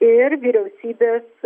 ir vyriausybės